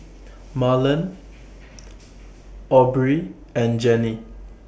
Marlen Aubree and Jenny